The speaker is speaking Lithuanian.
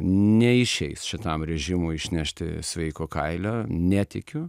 neišeis šitam režimui išnešti sveiko kailio netikiu